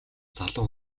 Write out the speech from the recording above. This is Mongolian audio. залуу